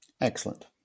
Excellent